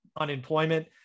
unemployment